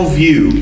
view